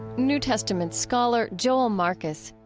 new testament scholar joel marcus.